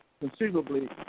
conceivably